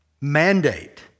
mandate